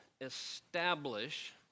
establish